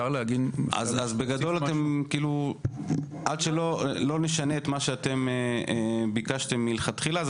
אז בגדול אפשר להגיד שעד שלא נשנה את מה שאתם ביקשתם מלכתחילה,